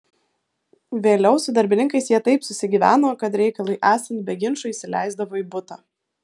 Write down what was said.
vėliau su darbininkais jie taip susigyveno kad reikalui esant be ginčų įsileisdavo į butą